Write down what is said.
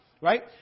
Right